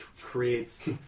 creates